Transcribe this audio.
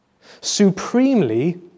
Supremely